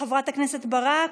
חברת הכנסת ברק?